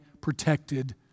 protected